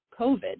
COVID